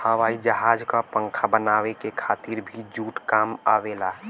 हवाई जहाज क पंखा बनावे के खातिर भी जूट काम आवेला